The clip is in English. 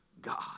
God